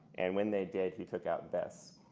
and when they did, he took out this.